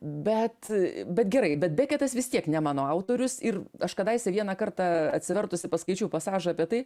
bet bet gerai bet beketas vis tiek ne mano autorius ir aš kadaise vieną kartą atsivertusi paskaičiau pasažą apie tai